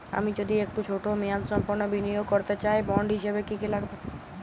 আমি যদি একটু ছোট মেয়াদসম্পন্ন বিনিয়োগ করতে চাই বন্ড হিসেবে কী কী লাগবে?